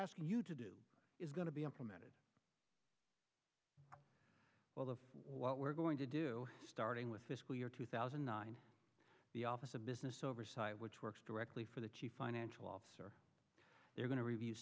asking you to do is going to be implemented well that's what we're going to do starting with fiscal year two thousand and nine the office of business oversight which works directly for the chief financial officer they're going to review